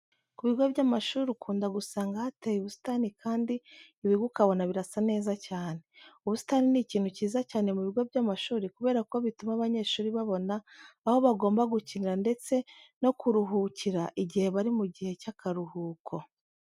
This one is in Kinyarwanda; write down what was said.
Ku bigo by'amashuri ukunda gusanga hateye ubusitani kandi ibigo ukabona birasa neza cyane. Ubusitani ni ikintu cyiza cyane mu bigo by'amashuri kubera ko bituma abanyeshuri babona aho bagomba gukinira ndetse no kuruhukira igihe bari mu gihe cy'akaruhuko.